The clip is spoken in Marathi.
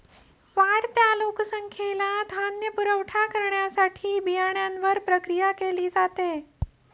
वाढत्या लोकसंख्येला धान्य पुरवठा करण्यासाठी बियाण्यांवर प्रक्रिया केली जाते